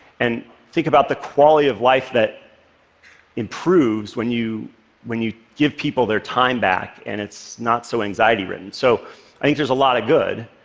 and think about the quality of life that improves when you when you give people their time back and it's not so anxiety-ridden. so i think there's a lot of good.